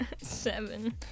seven